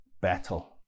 battle